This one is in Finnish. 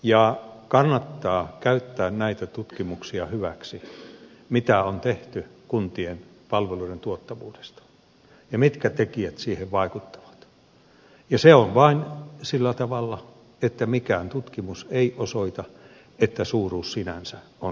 ja kannattaa käyttää näitä tutkimuksia hyväksi mitä on tehty kuntien palveluiden tuottavuudesta ja mitkä tekijät siihen vaikuttavat ja se on vain sillä tavalla että mikään tutkimus ei osoita että suuruus sinänsä on se ratkaisu